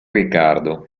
riccardo